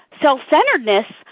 self-centeredness